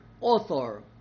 author